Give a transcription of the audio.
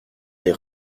les